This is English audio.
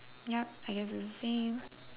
ya I guess that's the same